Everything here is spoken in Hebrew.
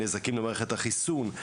נזקים למערכת החיסון,